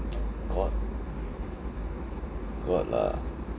got got lah